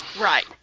Right